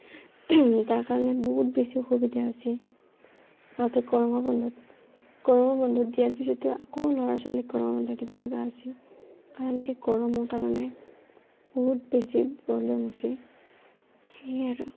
তাৰ কাৰণে বহুত বেছি অসুবিধা হৈছি আগতে গৰমৰ বন্ধ গৰমৰ বন্ধ দিয়াৰ পিছতো আকৌ ল'ৰা ছোৱালীক গৰমৰ বন্ধ দিব ল'গা হৈছি কাৰণ কি গৰমৰ কাৰণে বহুত বেছি প্ৰব্লেম হৈছি সেয়ে আৰু